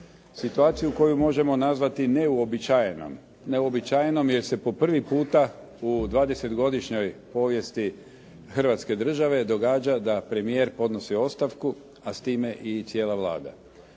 situaciju koju možemo neuobičajenom. Neuobičajenom jer se po prvi puta u 20-godišnjoj povijesti Hrvatske Države događa da premijer podnosi ostavku, a s time i cijela Vlada.